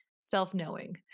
self-knowing